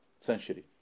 century